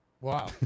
Wow